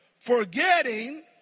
Forgetting